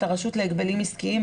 את הרשות להגבלים עסקיים,